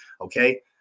Okay